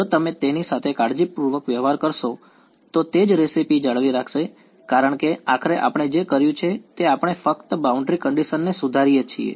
જો તમે તેની સાથે કાળજીપૂર્વક વ્યવહાર કરશો તો તે જ રેસીપી જાળવી રાખશે કારણ કે આખરે આપણે જે કર્યું છે તે આપણે ફક્ત બાઉન્ડ્રી કંડીશન ને સુધારીએ છીએ